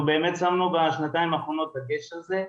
אנחנו באמת שמנו בשנתיים האחרונות דגש על זה.